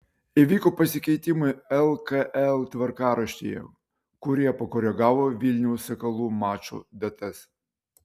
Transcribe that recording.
įvyko pasikeitimai lkl tvarkaraštyje kurie pakoregavo vilniaus sakalų mačų datas